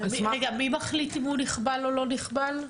מי מחליט אם הוא נכבל או לא נכבל?